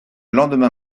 lendemain